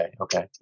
okay